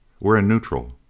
we're in neutral!